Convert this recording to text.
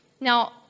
Now